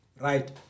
Right